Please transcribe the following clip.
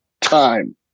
time